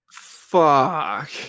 Fuck